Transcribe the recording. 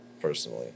personally